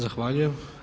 Zahvaljujem.